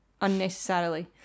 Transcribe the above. unnecessarily